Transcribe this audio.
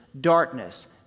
darkness